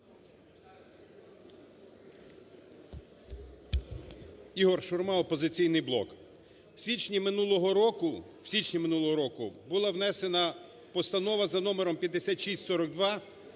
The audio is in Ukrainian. Ігор Шурма, "Опозиційний блок". В січні минулого року була внесена Постанова за номером 5642